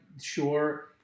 sure